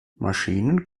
maschinen